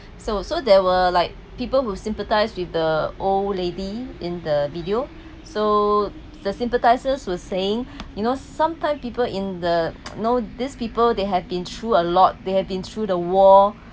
so so there were like people who sympathised with the old lady in the video so the sympathisers were saying you know sometime people in the know these people they have been through a lot they have been through the war